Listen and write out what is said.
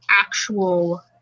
actual